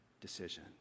decision